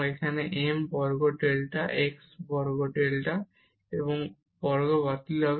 এখানে m বর্গ delta x বর্গ ডেল্টা x বর্গ বাতিল হবে